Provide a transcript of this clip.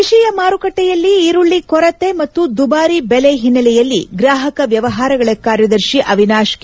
ದೇಶೀಯ ಮಾರುಕಟ್ಟೆಯಲ್ಲಿ ಈರುಳ್ಳಿ ಕೊರತೆ ಮತ್ತು ದುಬಾರಿ ಬೆಲೆ ಹಿನ್ನೆಲೆಯಲ್ಲಿ ಗ್ರಾಹಕ ವ್ಯವಹಾರಗಳ ಕಾರ್ಯದರ್ಶಿ ಅವಿನಾಶ್ ಕೆ